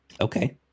Okay